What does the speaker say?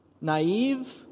naive